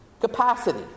capacity